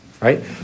right